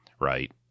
right